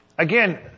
Again